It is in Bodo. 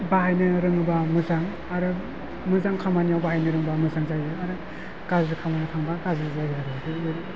बाहायनो रोङोबा मोजां आरो मोजां खामानियाव बाहायनो रोंबा मोजां जायो आरो गाज्रि खामानियाव थांबा गाज्रि जायो आरो